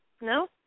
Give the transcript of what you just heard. No